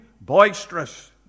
boisterous